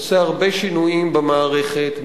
עושה הרבה שינויים במערכת,